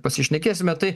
pasišnekėsime tai